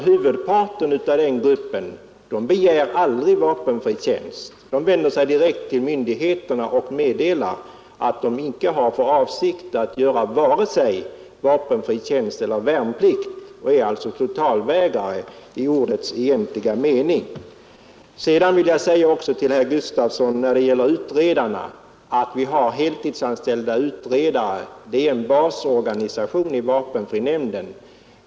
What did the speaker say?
Huvudparten av den gruppen begär aldrig vapenfri tjänst; de vänder sig direkt till myndigheterna och meddelar att de icke har för avsikt att göra vare sig vapenfri tjänst eller värnpliktstjänst. De är alltså totalvägrare i ordets egentliga mening. När det gäller de heltidsanställda utredarna vill jag säga till herr Gustafson i Göteborg att dessa utgör en basorganisation i vapenfrinämnden.